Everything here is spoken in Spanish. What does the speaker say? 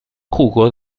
jugó